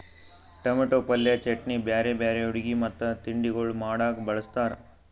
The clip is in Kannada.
ಟೊಮೇಟೊ ಪಲ್ಯ, ಚಟ್ನಿ, ಬ್ಯಾರೆ ಬ್ಯಾರೆ ಅಡುಗಿ ಮತ್ತ ತಿಂಡಿಗೊಳ್ ಮಾಡಾಗ್ ಬಳ್ಸತಾರ್